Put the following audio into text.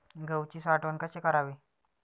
गहूची साठवण कशी करावी?